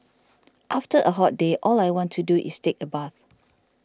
after a hot day all I want to do is take a bath